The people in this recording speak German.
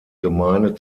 gemeinde